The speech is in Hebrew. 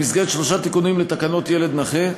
במסגרת שלושה תיקונים לתקנות ילד נכה,